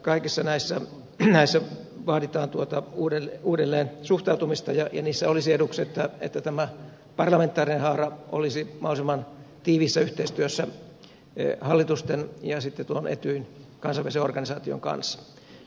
kaikissa näissä vaaditaan uudelleensuhtautumista ja niissä olisi eduksi että tämä parlamentaarinen haara olisi mahdollisimman tiiviissä yhteistyössä hallitusten ja tuon etyjin kansainvälisen organisaation kanssa